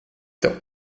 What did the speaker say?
der